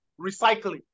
recycling